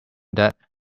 that